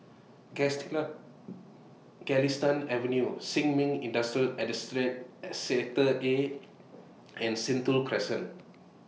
Galistan Avenue Sin Ming Industrial Sector A and Sentul Crescent